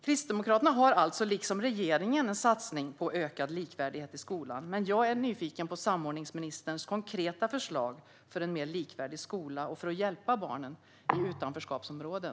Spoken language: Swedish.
Kristdemokraterna har alltså liksom regeringen en satsning på ökad likvärdighet i skolan, men jag är nyfiken på samordningsministerns konkreta förslag för en mer likvärdig skola och för att hjälpa barn i utanförskapsområden.